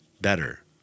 better